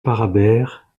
parabère